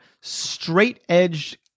straight-edged